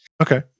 Okay